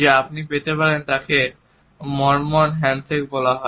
যে আপনি পেতে পারেন যাকে মরমন হ্যান্ডশেক বলা হয়